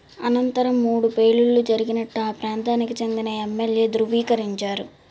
అనంతరం మూడు పేలుళ్ళు జరిగినట్లు ఆ ప్రాంతానికి చెందిన ఎమ్మెల్యే ధ్రువీకరించారు